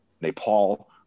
Nepal